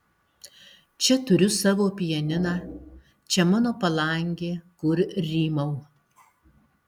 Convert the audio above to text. čia turiu savo pianiną čia mano palangė kur rymau